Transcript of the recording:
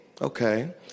Okay